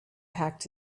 packed